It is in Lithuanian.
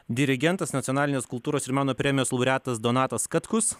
dirigentas nacionalinės kultūros ir meno premijos laureatas donatas katkus